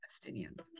palestinians